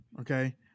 okay